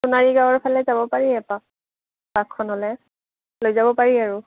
সোণাৰীগাঁৱৰ ফালে যাব পাৰি এপাক পাৰ্কখনলৈ লৈ যাব পাৰি আৰু